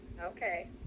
Okay